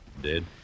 Dead